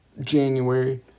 January